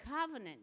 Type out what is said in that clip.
covenant